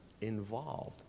involved